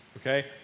Okay